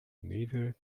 neither